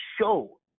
show